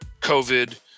COVID